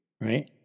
right